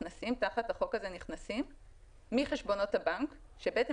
תחת החוק הזה נכנסים חשבונות הבנק בעצם